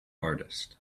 artist